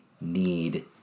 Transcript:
need